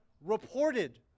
reported